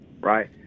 right